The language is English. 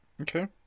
Okay